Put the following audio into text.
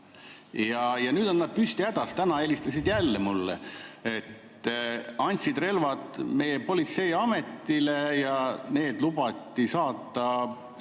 Ja nüüd on nad püsti hädas. Täna helistasid jälle mulle, et andsid relvad meie politseiametile ja need lubati saata Ukrainasse